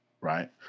right